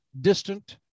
distant